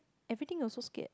everything also scared